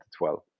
2012